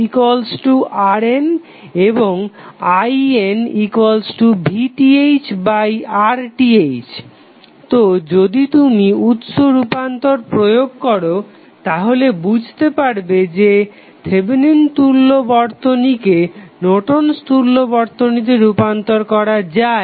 RThRN এবং INVThRTh তো যদি তুমি উৎস রূপান্তর প্রয়োগ করো তাহলে বুঝতে পারবে যে থেভেনিন তুল্য বর্তনীকে নর্টন'স তুল্য Nortons equivalent বর্তনীতে রূপান্তর করা যায়